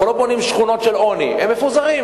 אנחנו לא בונים שכונות עוני, הם מפוזרים.